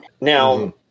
Now